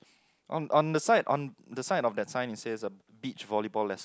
on on the side on the side of the sign it said a beach volleyball lesson